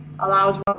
allows